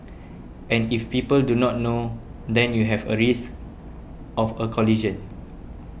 and if people do not know then you have a risk of a collision